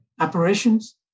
operations